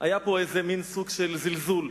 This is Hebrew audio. היה פה מין סוג של זלזול.